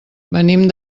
venim